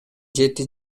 жети